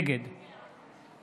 נגד